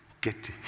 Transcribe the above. get